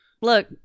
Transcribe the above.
Look